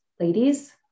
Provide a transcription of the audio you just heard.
Ladies